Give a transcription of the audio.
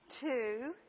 Two